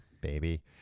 baby